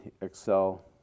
Excel